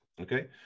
okay